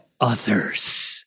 others